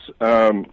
Yes